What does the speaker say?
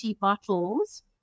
bottles